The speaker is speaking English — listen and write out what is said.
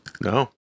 No